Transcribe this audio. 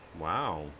Wow